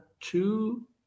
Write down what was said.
two